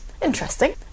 Interesting